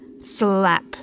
Slap